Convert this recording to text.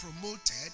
promoted